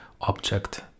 object